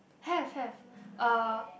have have uh